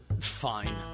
Fine